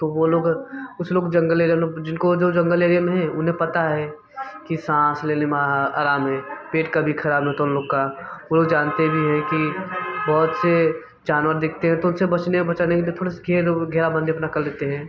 तो वो लोग कुछ लोग जंगल एरिया लोग जिनको जो जंगल एरिया में हैं उन्हें पता है कि साँस लेने में आराम है पेट कभी ख़राब नहीं होता उन लोग का वो लोग जानते ही हैं कि बहुत से जानवर दिखते हैं तो उन से बचने बचाने के लिए थोड़ा सा कर लेते हैं